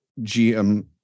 GM